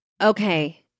okay